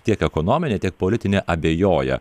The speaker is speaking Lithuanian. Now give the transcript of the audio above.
tiek ekonomine tiek politine abejoja